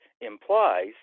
implies